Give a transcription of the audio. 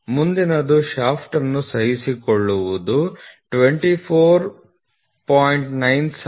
ಮುಂದಿನದು ಶಾಫ್ಟ್ ಸಹಿಷ್ಣುತೆ 24